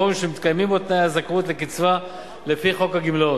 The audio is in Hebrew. ושמתקיימים בו תנאי הזכאות לקצבה לפי חוק הגמלאות,